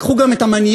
לקחו גם את המניירות,